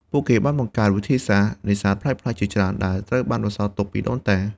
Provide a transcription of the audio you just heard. ពួកគេបានបង្កើតវិធីសាស្ត្រនេសាទប្លែកៗជាច្រើន ដែលត្រូវបានបន្សល់ទុកពីដូនតា។